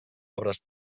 obres